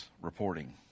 reporting